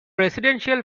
residential